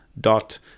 dot